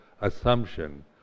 assumption